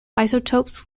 isotopes